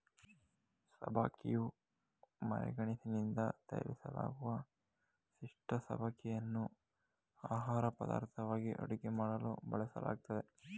ಸಬ್ಬಕ್ಕಿಯು ಮರಗೆಣಸಿನಿಂದ ತಯಾರಿಸಲಾಗುವ ಪಿಷ್ಠ ಸಬ್ಬಕ್ಕಿಯನ್ನು ಆಹಾರಪದಾರ್ಥವಾಗಿ ಅಡುಗೆ ಮಾಡಲು ಬಳಸಲಾಗ್ತದೆ